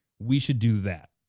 we should do that.